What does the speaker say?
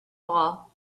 ball